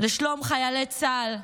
לשלום חיילי צה"ל,